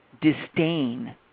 disdain